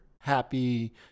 Happy